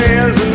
hands